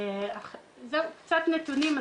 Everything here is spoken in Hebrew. קצת נתונים.